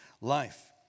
life